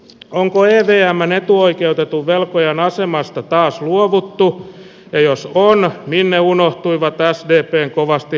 onko enemmän etuoikeutettu velkojan asemasta taas luovuttu ei osu vuonna minne unohtuivat päästettiin kovasti